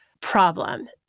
problem